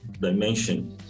dimension